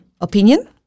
opinion